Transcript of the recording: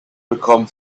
become